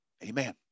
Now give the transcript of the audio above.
Amen